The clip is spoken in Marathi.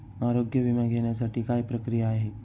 आरोग्य विमा घेण्यासाठी काय प्रक्रिया आहे?